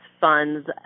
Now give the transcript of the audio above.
funds